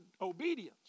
obedience